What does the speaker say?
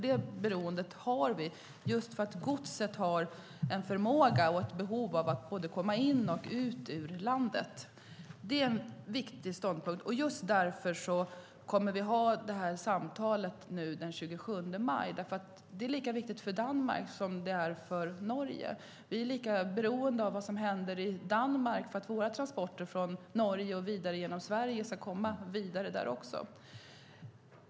Det beroendet har vi, just för att godset har en förmåga och ett behov av att både komma in i och ut ur landet. Det är en viktig ståndpunkt. Just därför kommer vi nu att ha detta samtal den 27 maj. Det är lika viktigt för Danmark som för Norge. Vi är lika beroende av vad som händer i Danmark för att våra transporter från Norge och vidare genom Sverige ska komma vidare där också.